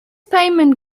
payment